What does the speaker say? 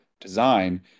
design